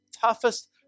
toughest